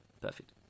Perfect